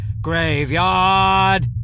graveyard